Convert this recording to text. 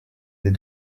des